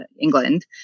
England